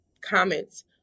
comments